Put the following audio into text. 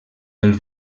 del